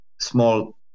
small